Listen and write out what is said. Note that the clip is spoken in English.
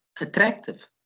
attractive